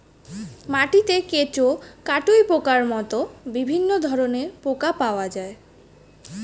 মাটিতে কেঁচো, কাটুই পোকার মতো বিভিন্ন ধরনের পোকা পাওয়া যায়